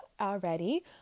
already